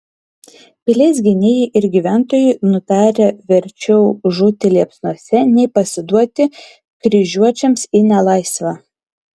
pilies gynėjai ir gyventojai nutarę verčiau žūti liepsnose nei pasiduoti kryžiuočiams į nelaisvę